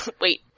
Wait